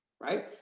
Right